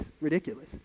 ridiculous